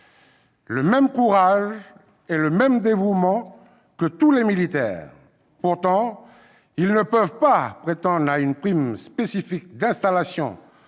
le même courage et le même dévouement que tous les militaires. Pourtant, ils ne peuvent pas prétendre à une prime spécifique d'installation